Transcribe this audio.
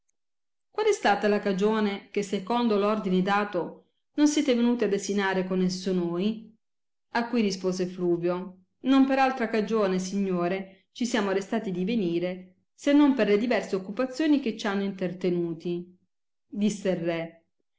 qual è stata la cagione che secondo l ordine dato non siete venuti a desinare con esso noi v cui rispose fluvio non per altra cagione signore ci siamo restati di venire se non per le diverse occupazioni che ci hanno intertenuti disse il re